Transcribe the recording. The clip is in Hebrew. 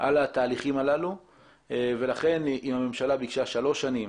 על התהליכים הללו ולכן אם הממשלה ביקשה שלוש שנים